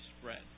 spread